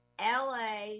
la